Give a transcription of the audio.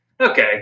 okay